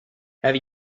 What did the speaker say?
have